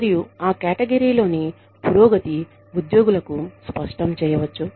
మరియు ఆ కేటగిరీలోని పురోగతి ఉద్యోగులకు స్పష్టం చేయవచ్చు